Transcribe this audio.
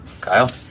Kyle